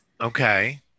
Okay